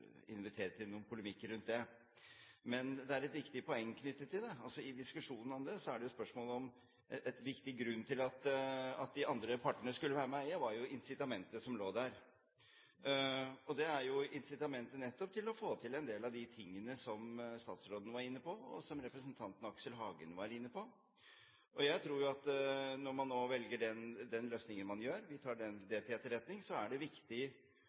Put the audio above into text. polemikk rundt det, men det er et viktig poeng knyttet til det. En viktig grunn til at de andre partene skulle være med og eie, var jo incitamentet som lå der. Det er jo nettopp incitamentet til å få til en del av de tingene som statsråden var inne på, og som representanten Aksel Hagen var inne på. Jeg tror at når man nå velger den løsningen man gjør – vi tar det til etterretning – er det viktig